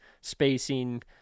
spacing